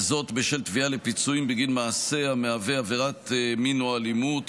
וזאת בתביעה לפיצויים בגין מעשה המהווה עבירת מין או אלימות,